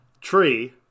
Tree